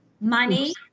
money